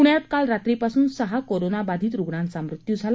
पृण्यात काल रात्रीपासून सहा कोरोनाबाधित रुग्णांचा मृत्यू झाला